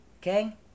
Okay